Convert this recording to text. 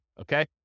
okay